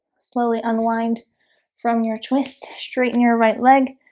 slowly unwind from your twist straighten your right leg.